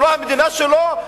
זו לא המדינה שלו?